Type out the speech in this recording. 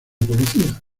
policía